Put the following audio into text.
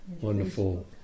wonderful